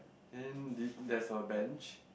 and did there's a bench